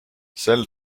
sel